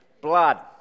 blood